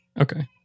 Okay